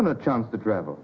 and a chance to travel